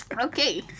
Okay